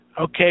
Okay